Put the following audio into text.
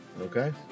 Okay